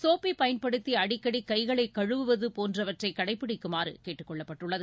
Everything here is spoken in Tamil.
சோப்பை பயன்படுத்தி அடிக்கடி கைகளை கழுவுவது போன்றவற்றை கடைப்பிடிக்குமாறு கேட்டுக்கொள்ளப்பட்டுள்ளது